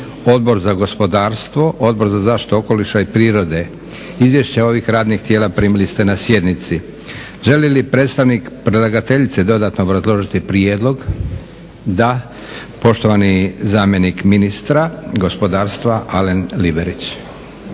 Odbor za zakonodavstvo, Odbor za zaštitu okoliša i prirode. Izvješća ovih radnih tijela primili ste na sjednici. Želi li predstavnik predlagateljice dodatno obrazložiti prijedlog? Da. Poštovani zamjenik ministra gospodarstva Alen Liverić.